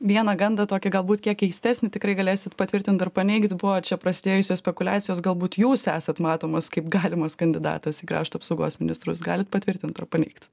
vieną gandą tokį galbūt kiek keistesnį tikrai galėsit patvirtint ar paneigt buvo čia prasidėjusios spekuliacijos galbūt jūs esat matomas kaip galimas kandidatas į krašto apsaugos ministrus galit patvirtint ar paneigt